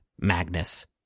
Magnus